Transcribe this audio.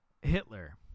Hitler